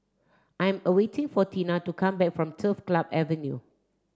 I'm awaiting for Teena to come back from Turf Club Avenue